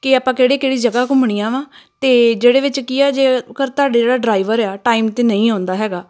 ਕਿ ਆਪਾਂ ਕਿਹੜੀ ਕਿਹੜੀ ਜਗ੍ਹਾ ਘੁੰਮਣੀਆ ਵਾ ਅਤੇ ਜਿਹੜੇ ਵਿੱਚ ਕੀ ਆ ਜੇਕਰ ਤੁਹਾਡੇ ਜਿਹੜਾ ਡਰਾਈਵਰ ਆ ਟਾਈਮ 'ਤੇ ਨਹੀਂ ਆਉਂਦਾ ਹੈਗਾ